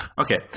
okay